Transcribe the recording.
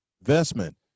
investment